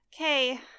Okay